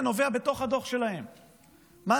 ככל שלא נתקן את הדברים שדורשים תיקון.